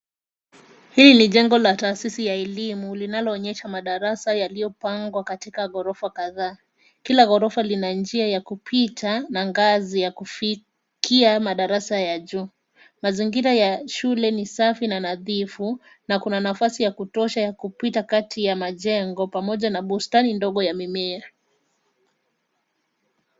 Hii ni jengo la taasisi ya elimu linaloonyesha madarasa yaliyopangwa katika gorofa kadhaa. Kila gorofa lina njia ya kupita na ngazi ya kufikia madarasa ya juu. Mazingira ya shule ni safi na nadhifu na kuna nafasi ya kutosha ya kupita kati ya majengo pamoja na bustani ndogo ya mimea.